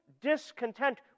discontent